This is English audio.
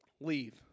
Leave